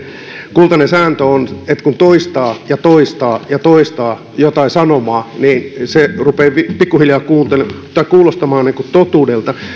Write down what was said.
kultainen sääntö on että kun toistaa ja toistaa ja toistaa jotain sanomaa niin se rupeaa pikkuhiljaa kuulostamaan totuudelta